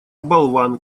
болван